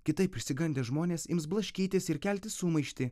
kitaip išsigandę žmonės ims blaškytis ir kelti sumaištį